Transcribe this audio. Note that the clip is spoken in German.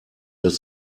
das